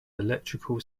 electrical